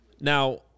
Now